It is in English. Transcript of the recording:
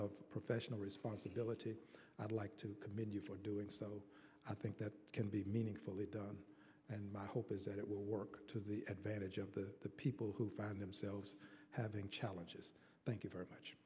of professional responsibility i'd like to commend you for doing so i think that can be meaningfully and my hope is that it will work to the advantage of the people who find themselves having challenges thank you very much